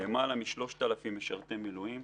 למעלה מ-3,000 אנשי מילואים.